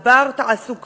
הוא בר תעסוקה,